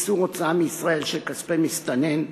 (איסור הוצאה מישראל של כספי מסתנן,